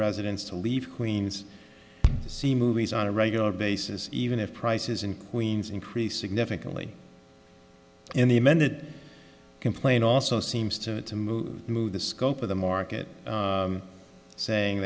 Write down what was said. residents to leave queens see movies on a regular basis even if prices in queens increased significantly in the amended complaint also seems to move to move the scope of the market saying